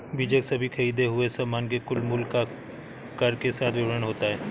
बीजक सभी खरीदें हुए सामान के कुल मूल्य का कर के साथ विवरण होता है